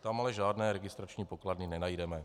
Tam ale žádné registrační pokladny nenajdeme.